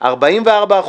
44%,